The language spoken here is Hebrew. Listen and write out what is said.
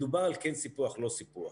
מדובר על כן סיפוח, לא סיפוח,